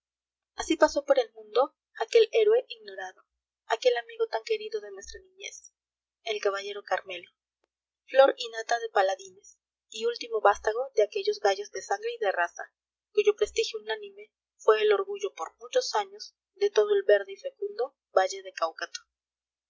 asi pasó por el mundo aquel héroe ignorado aquel amigo tan querido de nuestra niñez el caballero carmelo flor y nata de paladines y último vastago de aquellos gallos de sangre y de raza cuyo prestigio unánime fué el orgullo por muchos años de todo el verde y fecundo valle de gaucato